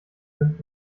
sind